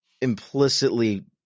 implicitly